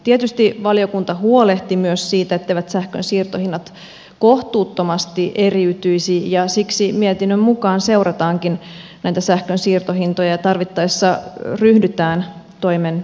tietysti valiokunta huolehti myös siitä etteivät sähkön siirtohinnat kohtuuttomasti eriytyisi ja siksi mietinnön mukaan seurataankin näitä sähkön siirtohintoja ja tarvittaessa ryhdytään toimeen